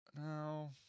no